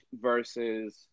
versus